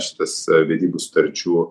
šitose vedybų sutarčių